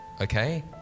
okay